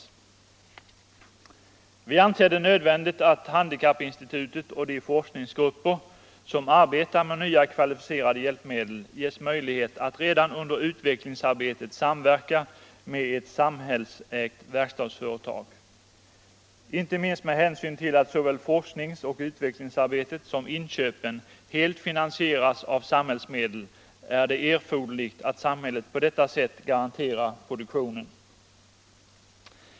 Vi motionärer anser det nödvändigt att handikappinstitutet och de forskningsgrupper som arbetar med nya kvalificerade hjälpmedel ges möjlighet att redan under utvecklingsarbetet samverka med et samhällsägt verkstadsföretag. Inte minst med hänsyn till att såväl forsknings och utvecklingsarbetet som inköpen helt finansieras av samhällsmedel är det erforderligt att samhället på detta sätt garanterar produktionen.